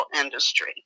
industry